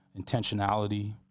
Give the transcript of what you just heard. intentionality